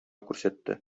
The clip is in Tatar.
күрсәтте